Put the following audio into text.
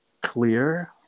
clear